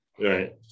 Right